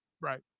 Right